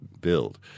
build